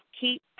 Keep